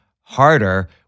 harder